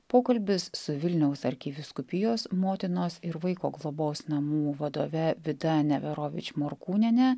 pokalbis su vilniaus arkivyskupijos motinos ir vaiko globos namų vadove vida neverovič morkūniene